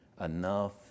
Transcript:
enough